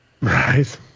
right